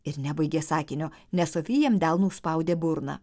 ir nebaigė sakinio nes sofija jam delnu užspaudė burną